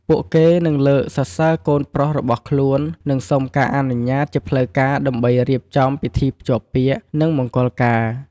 ពួកគេនឹងលើកសរសើរកូនប្រុសរបស់ខ្លួន និងសុំការអនុញ្ញាតជាផ្លូវការដើម្បីរៀបចំពិធីភ្ជាប់ពាក្យ និងមង្គលការ។